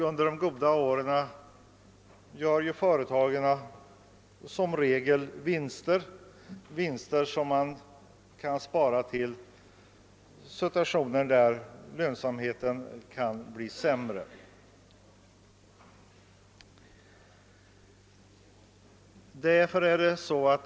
Under de goda åren gör företagen som regel vinster, som man behöver spara till situationer då lönsamheten är sämre.